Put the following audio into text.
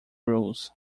rules